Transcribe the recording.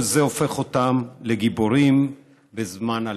כל זה הופך אותם לגיבורים בזמן הלחימה.